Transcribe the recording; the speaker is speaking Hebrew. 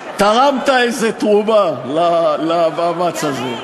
תרמת איזו תרומה למאמץ הזה.